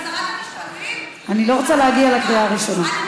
שרת המשפטים, אני לא רוצה להגיע לקריאה ראשונה.